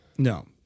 No